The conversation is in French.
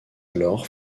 alors